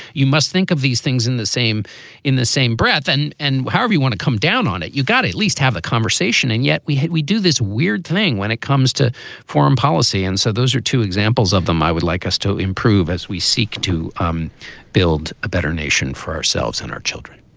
you must think of these things in the same in the same breath. and and however you want to come down on it. you got to at least have a conversation and yet we had we do this weird thing when it comes to foreign policy. and so those are two examples of them. i would like us to improve as we seek to um build a better nation for ourselves and our children